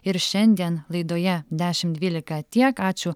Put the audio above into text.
ir šiandien laidoje dešimt dvylika tiek ačiū